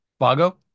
Bago